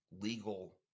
legal